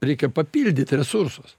reikia papildyt resursus